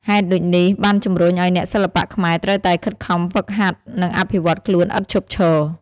ហេតុដូចនេះបានជំរុញឱ្យអ្នកសិល្បៈខ្មែរត្រូវតែខិតខំហ្វឹកហាត់ និងអភិវឌ្ឍខ្លួនឥតឈប់ឈរ។